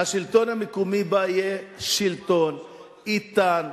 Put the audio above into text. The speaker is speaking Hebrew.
השלטון המקומי בה יהיה שלטון איתן?